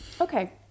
Okay